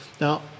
Now